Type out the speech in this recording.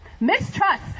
mistrust